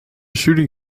shooting